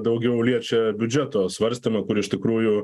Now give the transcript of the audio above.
daugiau liečia biudžeto svarstymą kur iš tikrųjų